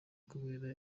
kubera